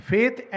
Faith